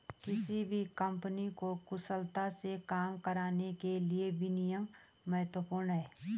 किसी भी कंपनी को कुशलता से काम करने के लिए विनियम महत्वपूर्ण हैं